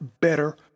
better